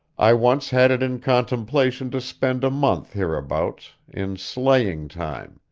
i once had it in contemplation to spend a month hereabouts, in sleighing time,